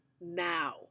now